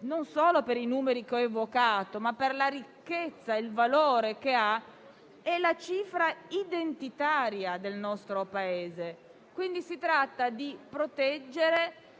non solo per i numeri che ho evocato, ma per la ricchezza e il valore che ha, è la cifra identitaria del nostro Paese. Si tratta dunque di proteggere,